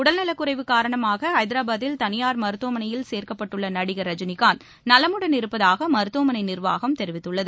உடல்நலக் குறைவு காரணமாகஐதராபாத்தில் தனியார் மருத்துவமனையில் சேர்க்கப்பட்டுள்ளநடிகர் ரஜினிகாந்த் நலமுடன் இருப்பதாகமருத்துவமனைநிர்வாகம் தெரிவித்துள்ளது